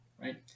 right